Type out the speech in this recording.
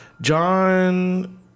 John